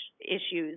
issues